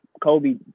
kobe